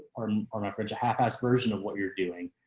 or um or my french. a half assed version of what you're doing